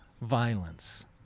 violence